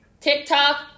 TikTok